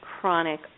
chronic